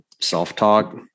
self-talk